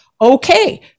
Okay